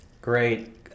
Great